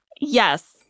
yes